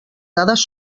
dades